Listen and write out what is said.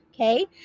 Okay